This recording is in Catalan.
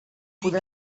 podrà